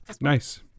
nice